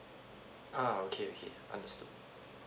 ah okay okay understood